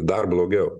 dar blogiau